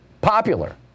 popular